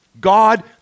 God